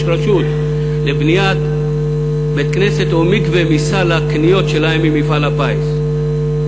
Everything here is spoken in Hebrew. רשות לבניית בית-כנסת או מקווה מסל הקניות שלהם ממפעל הפיס.